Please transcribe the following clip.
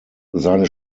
seine